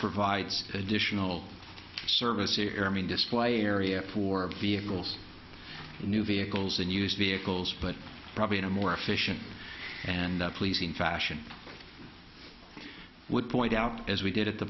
provides additional service ehrman display area for vehicles new vehicles and used vehicles but probably in a more efficient and pleasing fashion i would point out as we did at the